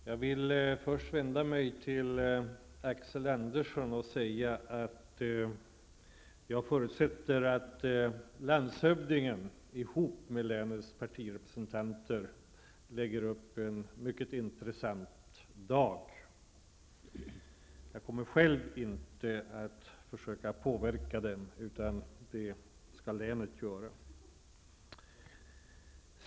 Herr talman! Jag vill först vända mig till Axel Andersson och säga att jag förutsätter att landshövdingen tillsammans med länets partirepresentanter lägger upp en mycket intressant dag. Jag kommer själv inte att försöka påverka den, utan det skall länet göra.